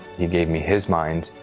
he gave me his mind.